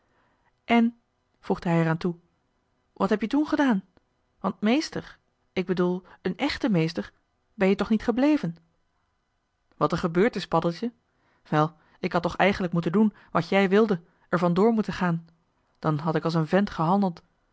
en voegde hij er aan toe wat heb-je toen gedaan want meester ik bedoel een èchte meester ben-je toch niet gebleven wat er gebeurd is paddeltje wel ik had toch eigenlijk moeten doen wat jij wilde er van door moeten gaan dan had ik als een vent gehandeld